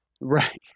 Right